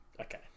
okay